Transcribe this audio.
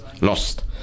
lost